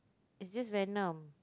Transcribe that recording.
is it Venom